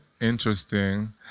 interesting